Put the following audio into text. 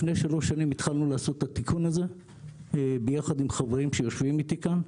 לפני 3 שנים התחלנו לעשות את התיקון הזה ביחד עם חברים שיושבים אתי כאן,